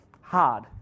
Hard